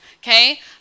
okay